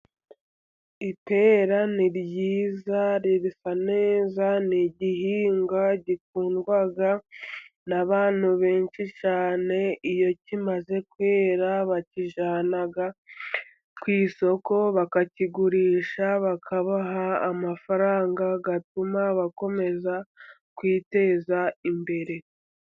Ipera ni ryiza risa neza, ni igihingwa gikundwa n' abantu benshi cyane iyo kimaze kwera bakijyana ku isoko bakakigurisha, bakabaha amafaranga atuma bakomeza kwiteza imbere.